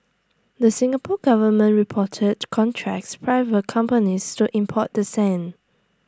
the Singapore Government reported contracts private companies to import the sand